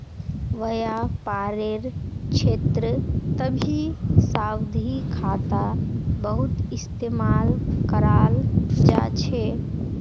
व्यापारेर क्षेत्रतभी सावधि खाता बहुत इस्तेमाल कराल जा छे